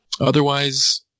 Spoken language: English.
Otherwise